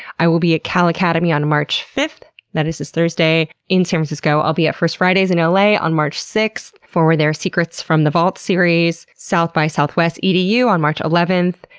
i will be at calacademy on march fifth that is this thursday in san francisco i'll be at first fridays in la on march sixth for their secrets from the vaults series, south by southwest edu on march eleventh.